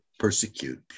persecute